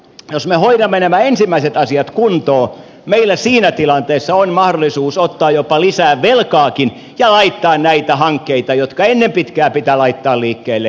jos me hoidamme nämä ensimmäiset asiat kuntoon meillä siinä tilanteessa on mahdollisuus ottaa jopa lisää velkaakin ja laittaa näitä hankkeita jotka ennen pitkää pitää laittaa liikkeelle liikkeelle nyt